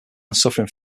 suffering